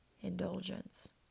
indulgence